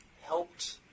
helped